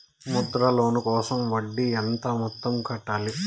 Mudra loan కోసం వడ్డీ ఎంత మొత్తం కట్టాలి